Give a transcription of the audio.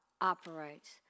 operates